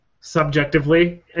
Subjectively